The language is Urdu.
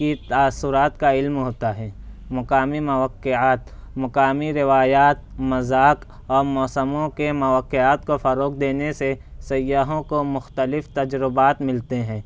کی تاثرات کا علم ہوتا ہے مقامی مواقعات مقامی روایات مذاق اور موسموں کے مواقعات کو فروغ دینے سے سیاحوں کو مختلف تجربات ملتے ہیں